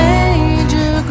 Major